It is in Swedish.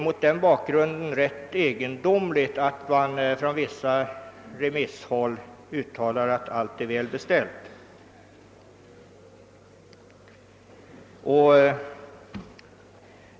Mot den bakgrunden är det rätt egendomligt att vissa remissinstanser förklarar att allt är väl beställt.